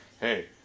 Hey